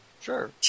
Sure